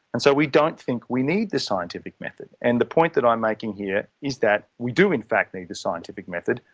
and so we don't think we need this scientific method. and the point that i'm making here is that we do in fact need the scientific method,